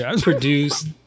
produced